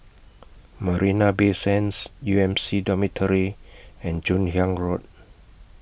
Marina Bay Sands U M C Dormitory and Joon Hiang Road